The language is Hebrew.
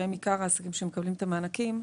שהם עיקר העסקים שמקבלים מענקים,